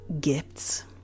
gifts